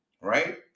right